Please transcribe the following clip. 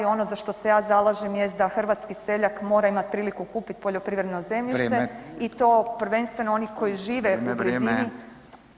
Ono za što se ja zalažem jest da hrvatski seljak mora imat priliku kupit poljoprivredno zemljište [[Upadica: Vrijeme]] i to prvenstveno oni koji žive [[Upadica: Vrijeme, vrijeme]] u blizini.